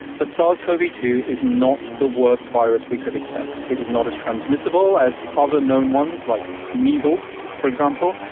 but sars cov two is not the worst virus we could expect. it is not as transmissible as other known ones like measles, for example.